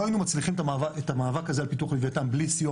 היינו מצליחים את המאבק הזה על פיתוח לוויתן בלי סיוע